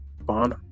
bond